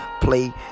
Play